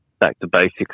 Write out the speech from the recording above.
back-to-basics